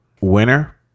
winner